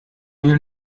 will